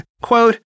quote